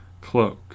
cloak